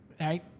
right